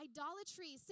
Idolatry